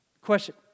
Question